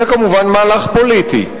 זה כמובן מהלך פוליטי.